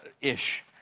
ish